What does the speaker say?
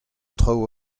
traoù